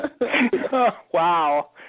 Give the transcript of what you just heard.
Wow